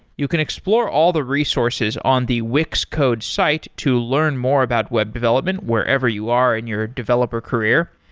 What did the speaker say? you can explore all the resources on the wix code's site to learn more about web development wherever you are in your developer career.